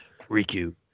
Riku